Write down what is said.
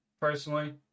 Personally